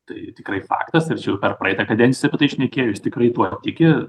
tai tikrai faktas tačiau ir per praeitą kadenciją šnekėjo jis tikrai tuo tiki